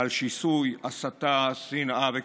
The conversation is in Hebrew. על שיסוי, הסתה, שנאה וקיטוב?